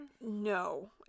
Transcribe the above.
No